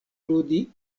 ludi